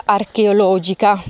archeologica